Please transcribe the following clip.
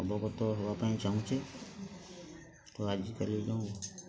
ଅବଗତ ହବା ପାଇଁ ଚାହୁଁଛେ ତ ଆଜି କାଲି ଯେଉଁ